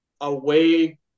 away